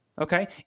okay